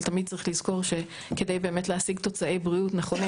אבל תמיד צריך לזכור שכדי באמת להשיג תוצאי בריאות נכונים,